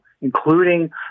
including